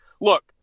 Look